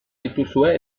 dituzue